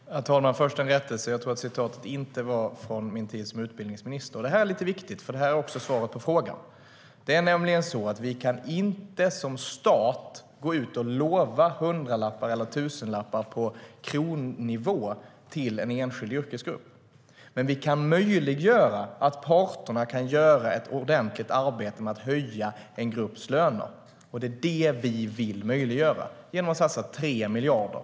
Herr talman! Jag ska först göra en rättelse. Intervjun med mig som Annika Eclund refererade till tror jag inte gjordes under min tid som utbildningsminister. Detta är lite viktigt, för det är också svaret på frågan. Det är nämligen så att vi som stat inte kan gå ut och lova hundralappar eller tusenlappar på kronnivå till en enskild yrkesgrupp. Men vi kan möjliggöra att parterna kan göra ett ordentligt arbete med att höja en grupps löner. Det är det vi vill möjliggöra genom att satsa 3 miljarder.